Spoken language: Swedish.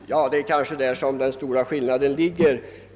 Herr talman! Det är kanske där den stora skillnaden ligger.